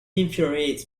infuriates